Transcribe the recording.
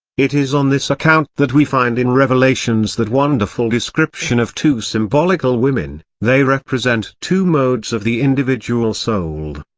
it is on this account that we find in revelations that wonderful description of two symbolical women they represent two modes of the individual soul.